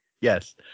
Yes